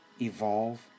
evolve